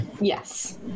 yes